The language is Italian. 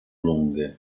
lunghe